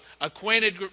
acquainted